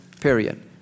period